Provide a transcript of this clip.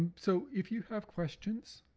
so if you have questions,